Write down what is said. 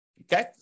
okay